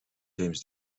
james